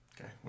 okay